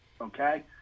Okay